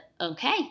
okay